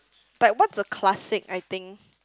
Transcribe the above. but what's a classic I think